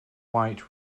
white